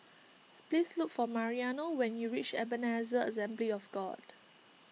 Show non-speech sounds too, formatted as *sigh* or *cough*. please look for Mariano when you reach Ebenezer Assembly of God *noise*